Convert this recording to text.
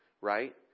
Right